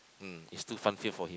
mm it's too fun filled for him